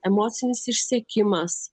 emocinis išsekimas